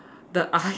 the eye